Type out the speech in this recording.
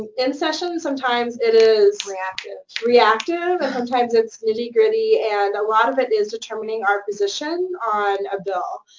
and in session, sometimes, it is. reactive. reactive, and sometimes its nitty-gritty, and a lot of it is determining our position on a bill.